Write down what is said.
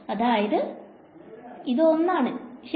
അതായത് ഇത് 1 ആണ് ശെരി